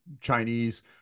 Chinese